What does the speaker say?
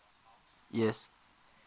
yes